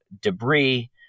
debris